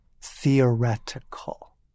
theoretical